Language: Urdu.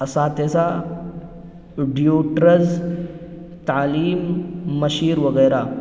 اساتذہ تعلیم مشیر وغیرہ